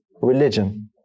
religion